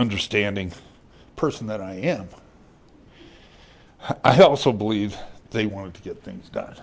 understanding person that i am i also believe they wanted to get things done